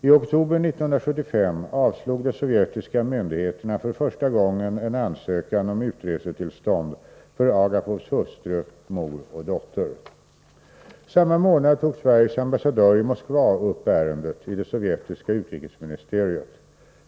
I oktober 1975 avslog de sovjetiska myndigheterna för första gången en ansökan om utresetillstånd för Agapovs hustru, mor och dotter. Samma månad tog Sveriges ambassadör i Moskva upp ärendet i det sovjetiska utrikesministeriet.